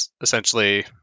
essentially